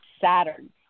Saturn